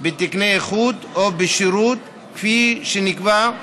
בתקני איכות או שירות כפי שנקבעו,